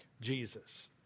Jesus